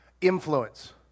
influence